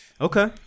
Okay